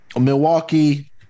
Milwaukee